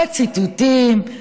בציטוטים,